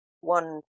one